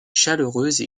chaleureuse